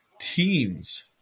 teams